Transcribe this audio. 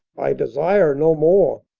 i desire no more